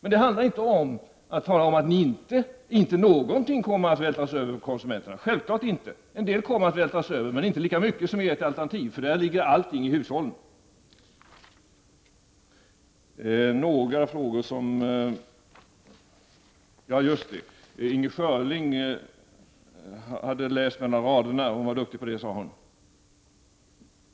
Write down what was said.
Det handlar inte om att säga att inte någonting kommer att vältras över på konsumenterna. Självfallet är det inte så. En del kommer att vältras över, men inte lika mycket som med ert alternativ. Där ligger nämligen allting på hushållen. Inger Schörling hade läst mellan raderna. Hon var duktig på det, sade hon.